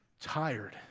tired